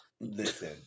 Listen